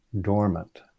dormant